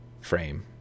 frame